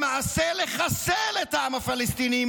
למעשה לחסל את העם הפלסטיני,